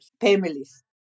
families